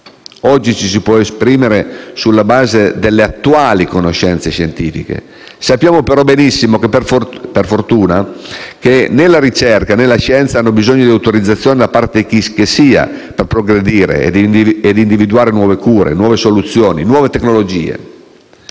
Oggi ci si può esprimere sulla base delle attuali conoscenze scientifiche. Sappiamo benissimo però che, per fortuna, né la ricerca né la scienza hanno bisogno di autorizzazioni da parte di chicchessia per progredire e individuare nuove cure, soluzioni e tecnologie.